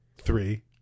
Three